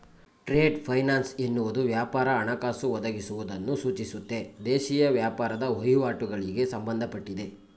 trade finance ಎನ್ನುವುದು ವ್ಯಾಪಾರ ಹಣಕಾಸು ಒದಗಿಸುವುದನ್ನು ಸೂಚಿಸುತ್ತೆ ದೇಶೀಯ ವ್ಯಾಪಾರದ ವಹಿವಾಟುಗಳಿಗೆ ಸಂಬಂಧಪಟ್ಟಿದೆ